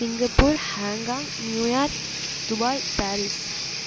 Singapore Hong Kong New York Dubai Paris